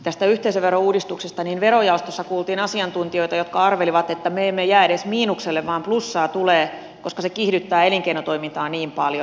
tästä yhteisöverouudistuksesta verojaostossa kuultiin asiantuntijoita jotka arvelivat että me emme jää edes miinukselle vaan plussaa tulee koska se kiihdyttää elinkeinotoimintaa niin paljon